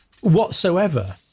whatsoever